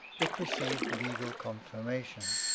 it received legal confirmation.